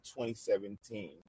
2017